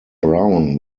brown